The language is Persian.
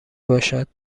باشد